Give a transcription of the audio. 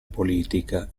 politica